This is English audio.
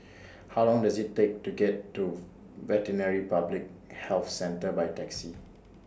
How Long Does IT Take to get to Veterinary Public Health Centre By Taxi